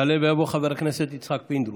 יעלה ויבוא חבר הכנסת יצחק פינדרוס,